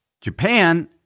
Japan